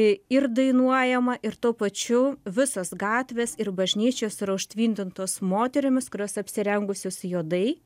ir dainuojama ir tuo pačiu visos gatvės ir bažnyčios yra užtvindintos moterimis kurios apsirengusios juodai